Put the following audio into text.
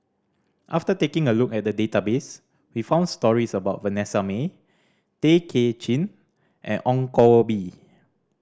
after taking a look at the database we found stories about Vanessa Mae Tay Kay Chin and Ong Koh Bee